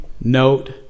note